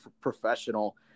professional